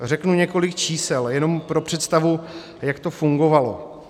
Řeknu několik čísel jenom pro představu, jak to fungovalo.